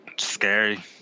scary